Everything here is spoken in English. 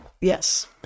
Yes